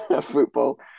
football